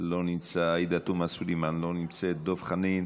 לא נמצא, עאידה תומא סלימאן, לא נמצאת, דב חנין,